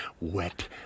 wet